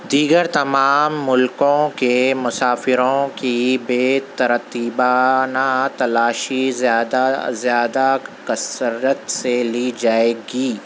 دیگر تمام ملکوں کے مسافروں کی بے ترتیبانہ تلاشی زیادہ زیادہ کثرت سے لی جائے گی